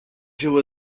ġew